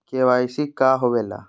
KYC का होवेला?